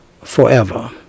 forever